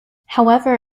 however